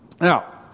Now